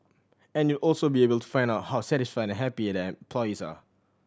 and you'd also be able to find out how satisfied and happy the employees are